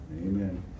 Amen